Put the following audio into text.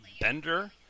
bender